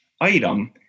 item